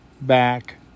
back